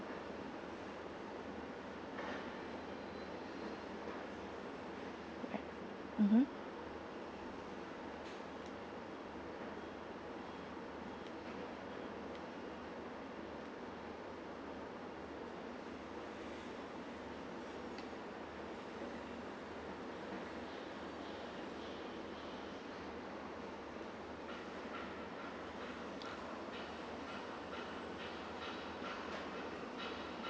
alright mmhmm